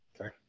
Okay